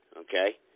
Okay